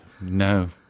No